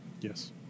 Yes